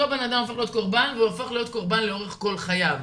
אותה הבנאדם הופך להיות קורבן והוא הופך להיות קורבן גם לאורך כל חייו.